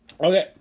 Okay